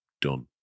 Done